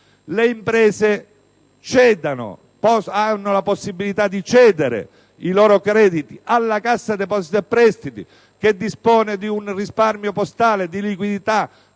alle imprese diamo la possibilità di cedere i loro crediti alla Cassa depositi e prestiti che dispone di un risparmio postale di liquidità